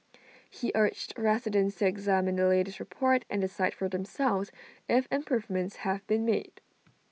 he urged residents to examine the latest report and decide for themselves if improvements have been made